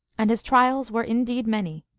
and his trials were in deed many.